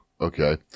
okay